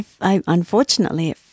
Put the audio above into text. Unfortunately